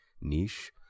niche